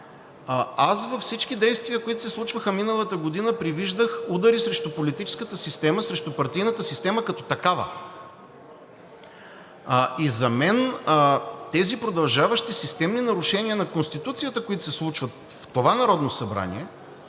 Във всички действия, които се случваха миналата година, предвиждах удари срещу политическата система, срещу партийната система като такава и за мен тези продължаващи системни нарушения на Конституцията, които се случват в това Народно събрание,